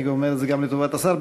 אני אומר את זה גם לטובת השר,